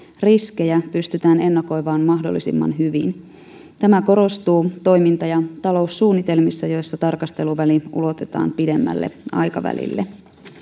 riskejä pystytään ennakoimaan mahdollisimman hyvin tämä korostuu toiminta ja taloussuunnitelmissa joissa tarkasteluväli ulotetaan pidemmälle aikavälille